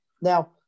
now